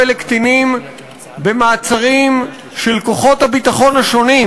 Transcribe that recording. לקטינים במעצרים של כוחות הביטחון השונים,